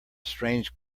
strange